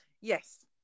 Yes